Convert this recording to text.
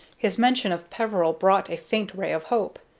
his mention of peveril brought a faint ray of hope.